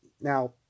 Now